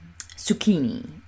zucchini